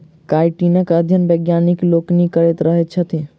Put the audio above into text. काइटीनक अध्ययन वैज्ञानिक लोकनि करैत रहैत छथि